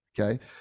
okay